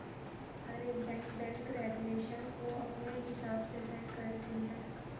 हर एक bank bank regulation को अपने हिसाब से तय करती है